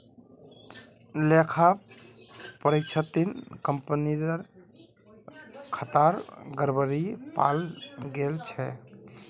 लेखा परीक्षणत कंपनीर खातात गड़बड़ी पाल गेल छ